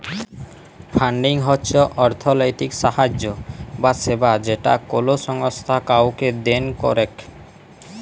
funding হচ্ছ অর্থলৈতিক সাহায্য বা সেবা যেটা কোলো সংস্থা কাওকে দেন করেক